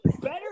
better